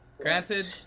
Granted